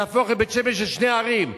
להפוך את בית-שמש לשתי ערים.